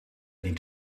niet